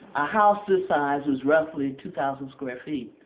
a house this size was roughly two thousand square feet.